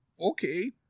okay